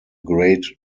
great